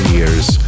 years